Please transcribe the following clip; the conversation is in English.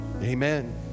Amen